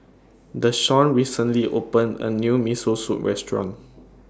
Deshawn recently opened A New Miso Soup Restaurant